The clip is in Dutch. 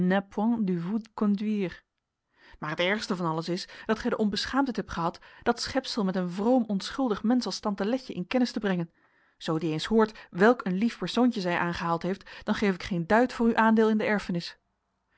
du vous conduire maar het ergst van alles is dat gij de onbeschaamdheid hebt gehad dat schepsel met een vroom onschuldig mensch als tante letje in kennis te brengen zoo die eens hoort welk een lief persoontje zij aangehaald heeft dan geef ik geen duit voor uw aandeel in de erfenis